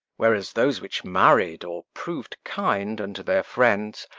whereas those which married, or prov'd kind unto their friends,